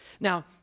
Now